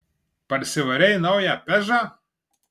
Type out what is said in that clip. parsivarei naują pežą